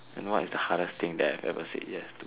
you know what is the hardest thing that I have ever said yes to